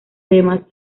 además